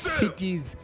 cities